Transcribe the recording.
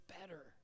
better